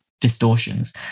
distortions